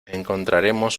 encontraremos